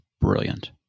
Brilliant